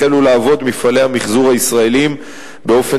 החלו לעבוד מפעלי המיחזור הישראליים באופן